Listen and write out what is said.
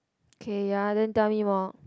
K ya then tell me more